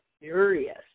furious